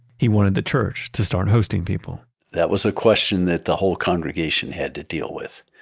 he wanted the church to start hosting people that was a question that the whole congregation had to deal with.